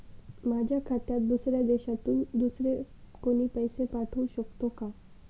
माझ्या खात्यात दुसऱ्या देशातून दुसरे कोणी पैसे पाठवू शकतो का?